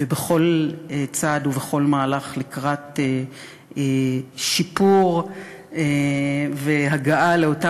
ובכל צעד ובכל מהלך לקראת שיפור והגעה לאותה